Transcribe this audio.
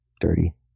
dirty